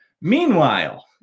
meanwhile